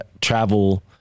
travel